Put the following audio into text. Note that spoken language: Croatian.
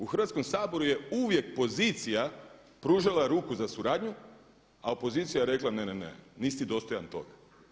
U Hrvatskom saboru je uvijek pozicija pružala ruku za suradnju a opozicija rekla ne, ne, ne, nisi ti dostojan toga.